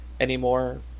anymore